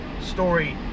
story